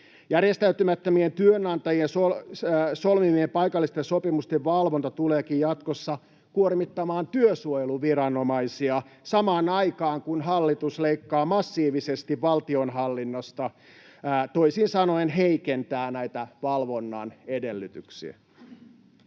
Järjestäytymättömien työnantajien solmimien paikallisten sopimusten valvonta tuleekin jatkossa kuormittamaan työsuojeluviranomaisia samaan aikaan, kun hallitus leikkaa massiivisesti valtionhallinnosta, toisin sanoen heikentää näitä valvonnan edellytyksiä.